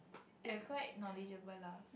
is quite knowledgeable lah